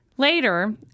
Later